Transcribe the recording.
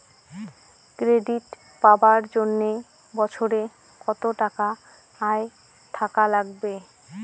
Credit পাবার জন্যে বছরে কত টাকা আয় থাকা লাগবে?